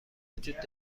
وجود